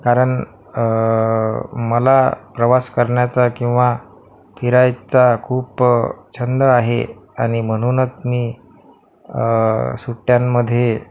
कारण मला प्रवास करण्याचा किंवा फिरायचा खूप छंद आहे आणि म्हणूनच मी सुट्ट्यांमध्ये